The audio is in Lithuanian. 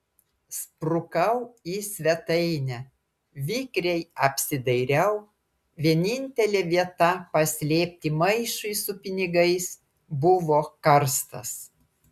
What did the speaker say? sprukau į svetainę vikriai apsidairiau vienintelė vieta paslėpti maišui su pinigais buvo karstas